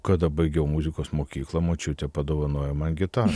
kada baigiau muzikos mokyklą močiutė padovanojo man gitarą